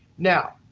now,